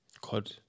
God